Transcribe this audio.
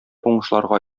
уңышларга